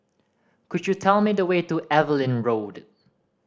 could you tell me the way to Evelyn Road